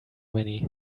many